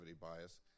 bias